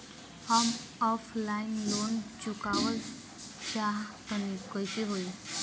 हम offline loan चुकावल चाहऽ तनि कइसे होई?